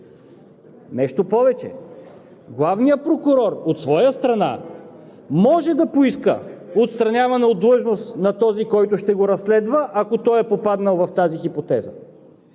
Нещо повече, главният прокурор от своя страна може да поиска отстраняване от длъжност на този, който ще го разследва, ако той е попаднал в тази хипотеза.